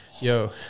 yo